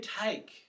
take